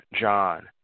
John